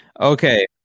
Okay